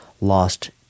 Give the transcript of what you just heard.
lost